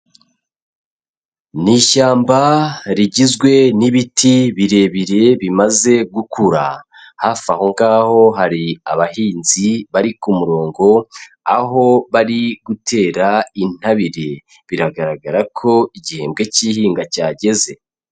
Ni ishyamba rigizwe n'ibiti birebire bimaze gukura. Hafi aho ngaho hari abahinzi bari ku murongo aho bari gutera intabire. Biragaragara ko igihembwe k'ihinga cyageze.